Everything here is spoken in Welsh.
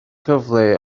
cyfle